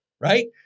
right